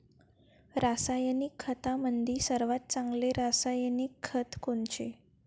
रासायनिक खतामंदी सर्वात चांगले रासायनिक खत कोनचे?